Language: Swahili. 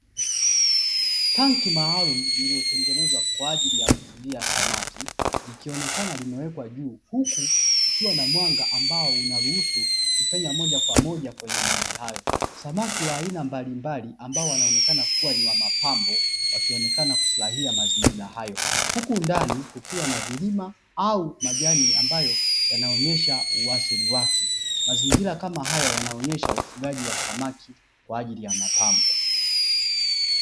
Tanki maalumu iliyotengenezwa kwa ajili ya kufugia samaki ikionekana limewekwa juu huku kukiwa na mwanga ambao unaruhusu kupenya moja kwa moja kwenye maji hayo, samaki wa aina mbalimbali ambao wanaonekana kuwa ni wa mapambo wakionekana kufurahia mazingira hayo huku ndani kukiwa na vilima au majani ambayo yanaonyesha uasili wake mazingira kama haya yanaonyesha ufugaji wa samaki kwa ajili ya mapambo.